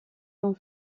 long